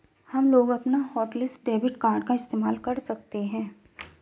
हमलोग अपना hotlist debit card का इस्तेमाल कर सकते हैं